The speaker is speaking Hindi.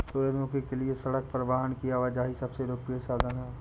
सूरजमुखी के लिए सड़क परिवहन की आवाजाही सबसे लोकप्रिय साधन है